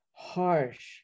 Harsh